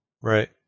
right